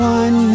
one